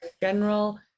general